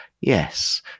yes